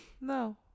No